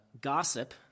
gossip